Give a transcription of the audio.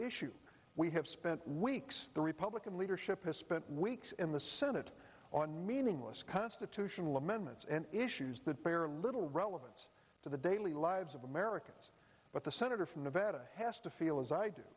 issue we have spent weeks the republican leadership has spent weeks in the senate on meaningless constitution amendments and issues that bear little relevance to the daily lives of americans but the senator from nevada has to feel as i do